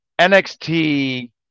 NXT –